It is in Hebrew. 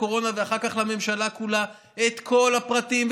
הקורונה ואחר כך לממשלה כולה את כל הפרטים,